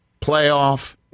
playoff